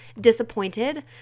disappointed